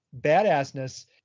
badassness